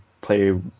play